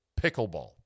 pickleball